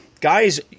Guys